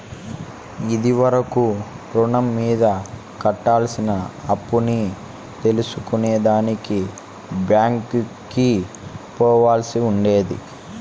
ఇది వరకు రుణం మీద కట్టాల్సిన అప్పుని తెల్సుకునే దానికి బ్యాంకికి పోవాల్సి ఉండేది